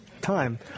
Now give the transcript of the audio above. time